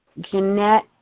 Jeanette